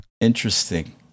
interesting